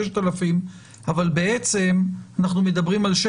6,000. אבל בעצם אנחנו מדברים 600